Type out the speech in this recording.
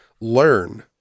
learn